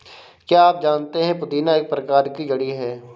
क्या आप जानते है पुदीना एक प्रकार की जड़ी है